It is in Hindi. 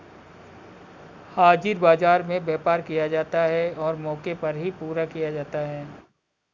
हाजिर बाजार में व्यापार किया जाता है और मौके पर ही पूरा किया जाता है